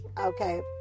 Okay